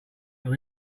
from